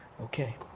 Okay